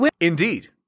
Indeed